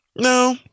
no